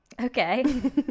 Okay